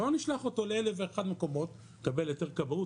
לא נשלח אותו ל-1001 מקומות לקבל היתר כבאות,